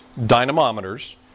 dynamometers